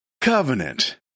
covenant